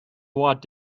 watt